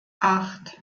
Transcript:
acht